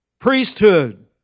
priesthood